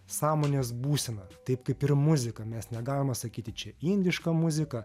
sąmonės būsena taip kaip yra muzika mes negalima sakyti čia indiška muzika